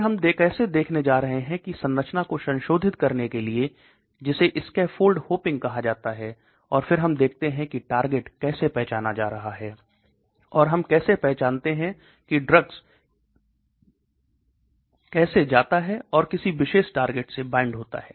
फिर हम कैसे देखने जा रहे हैं संरचना को संशोधित करने के लिए जिसे स्कैफफोल्ड होपिंग कहा जाता है और फिर हम देखते हैं कि टारगेट कैसे पहचाना जा रहा है और हम कैसे पहचानते हैं कि ड्रग्स कैसे जाता है और किसी विशेष टारगेट से बाइंड होता है